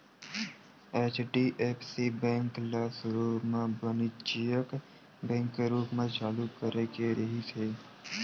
HDFC bank ल सुरू म बानिज्यिक बेंक के रूप म चालू करे गे रिहिस हे